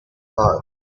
horse